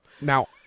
Now